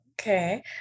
Okay